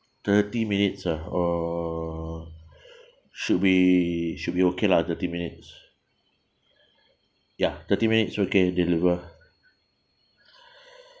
thirty minutes ah uh should be should be okay lah thirty minutes ya thirty minutes okay deliver